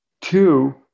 Two